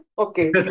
Okay